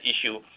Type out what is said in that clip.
issue